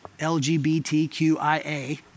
LGBTQIA